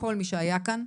כל מי שהיה כאן.